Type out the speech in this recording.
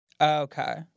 okay